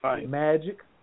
magic